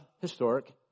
historic